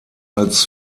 als